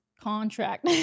contract